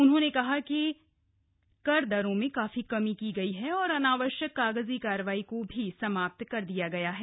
उन्होंने कहा कि कहा कि कर दरो में काफी कमी की गई है और अनावश्यक कागजी कार्रवाई को भी समाप्त कर दिया गया है